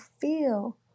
feel